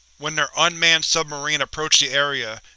when their unmanned submarine approached the area,